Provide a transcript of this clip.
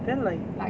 then like